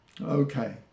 okay